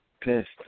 Pissed